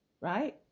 right